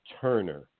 Turner